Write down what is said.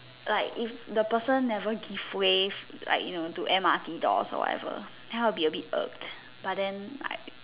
like if the person never give way like you know to M_R_T doors or whatever then I would be a bit irked but then like